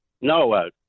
No